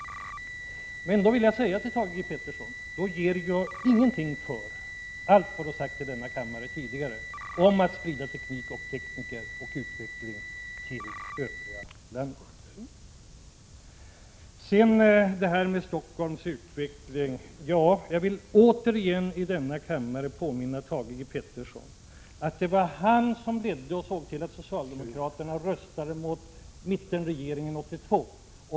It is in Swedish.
Men då vill jag säga till Thage G. Peterson att jag inte ger någonting för allt vad han tidigare har sagt i denna kammare om att sprida teknik och tekniker samt utveckling till övriga landet. Vad gäller Stockholms utveckling vill jag återigen i denna kammare påminna Thage G. Peterson om att det var han som såg till att socialdemokraterna röstade mot mittenregeringen 1982.